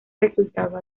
resultado